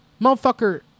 motherfucker